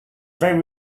very